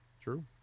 True